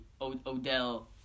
Odell